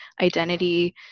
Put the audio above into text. identity